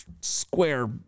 square